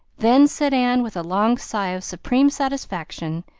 then, said anne, with a long sigh of supreme satisfaction,